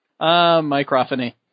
Microphony